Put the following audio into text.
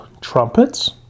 trumpets